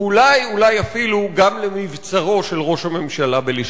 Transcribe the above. ואולי אולי אפילו גם למבצרו של ראש הממשלה בלשכתו.